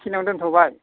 बेखिनिआवनो दोन्थ'बाय